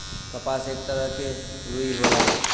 कपास एक तरह के रुई होला